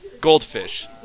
Goldfish